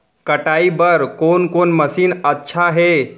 कटाई बर कोन कोन मशीन अच्छा हे?